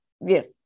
Yes